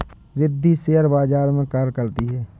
Riddhi share बाजार में कार्य करती है